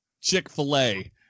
chick-fil-a